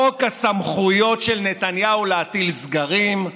חוק הסמכויות של נתניהו להטיל סגרים,